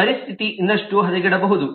ಪರಿಸ್ಥಿತಿ ಇನ್ನಷ್ಟು ಹದಗೆಡಬಹುದು